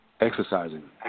exercising